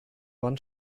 wand